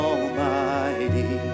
Almighty